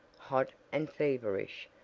hot and feverish,